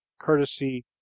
courtesy